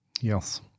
yes